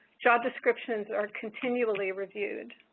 job descriptions are continually reviewed.